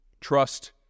trust